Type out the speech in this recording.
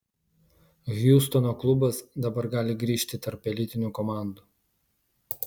hjustono klubas dabar gali grįžti tarp elitinių komandų